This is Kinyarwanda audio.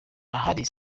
ahari